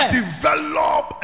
develop